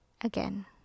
again